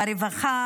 ברווחה,